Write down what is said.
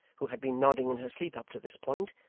who had been nodding in her sleep up to this point,